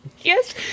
Yes